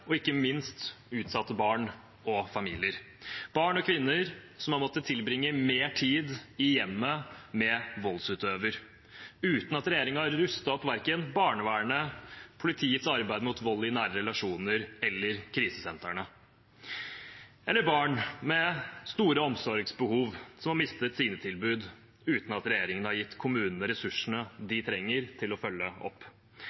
ikke minst utsatte barn og familier, barn og kvinner som har måttet tilbringe mer tid i hjemmet med voldsutøver, uten at regjeringen har rustet opp verken barnevernet, politiets arbeid mot vold i nære relasjoner eller krisesentrene, eller barn med store omsorgsbehov som har mistet sine tilbud uten at regjeringen har gitt kommunene de ressursene de trenger til å følge opp.